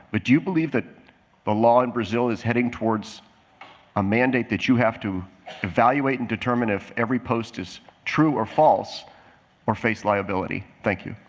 but do you believe the law in brazil is heading towards a mandate that you have to evaluate and determine if every post is true or false or face liability? thank you.